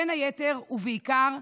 בין היתר ובעיקר,